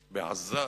בעזה,